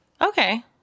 Okay